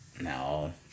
No